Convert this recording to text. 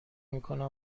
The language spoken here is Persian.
میکنن